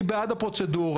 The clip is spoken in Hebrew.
אני בעד הפרוצדורה.